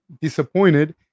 disappointed